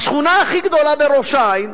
השכונה הכי גדולה בראש-העין,